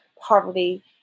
poverty